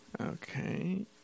Okay